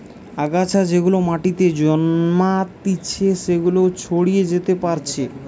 আগাছা যেগুলা মাটিতে জন্মাতিচে সেগুলা ছড়িয়ে যেতে পারছে